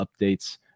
updates